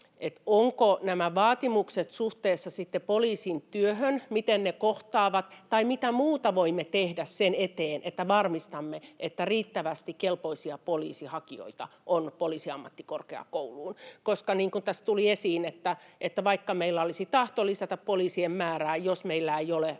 miten nämä vaatimukset suhteessa poliisin työhön kohtaavat tai mitä muuta voimme tehdä sen eteen, että varmistamme, että riittävästi kelpoisia poliisihakijoita on Poliisiammattikorkeakouluun, koska niin kuin tässä tuli esiin, että vaikka meillä olisi tahto lisätä poliisien määrää, niin jos meillä ei ole sitten